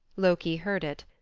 loki heard it,